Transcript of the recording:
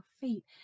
feet